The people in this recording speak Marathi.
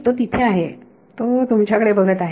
तो तिथे आहे तो तुमच्याकडे बघत आहे